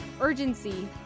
urgency